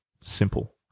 Simple